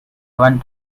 want